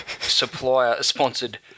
Supplier-sponsored